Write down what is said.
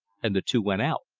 and the two went out.